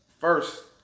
first